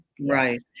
right